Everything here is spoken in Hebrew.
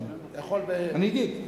אני אגיד.